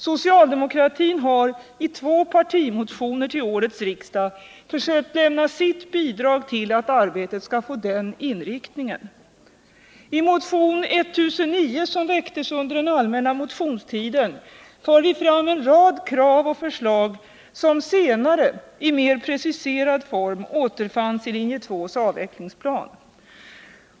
Socialdemokratin har i två partimotioner till detta riksmöte försökt lämna sitt bidrag till att arbetet skall få den inriktningen. I motion 1009, som väcktes under den allmänna motionstiden, för vi fram en rad krav och förslag som senare i mer preciserad form återfanns i linje 2:s avvecklingsplan.